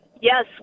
yes